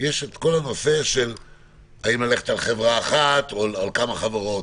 יש את כל הנושא האם ללכת על חברה אחת או כמה חברות?